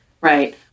Right